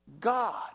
God